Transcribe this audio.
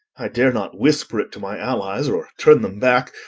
i dare not whisper it to my allies or turn them back,